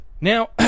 now